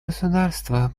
государства